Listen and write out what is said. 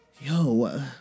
yo